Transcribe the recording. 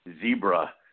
zebra